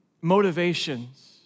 motivations